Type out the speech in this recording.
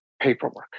paperwork